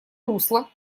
русло